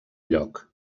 lloc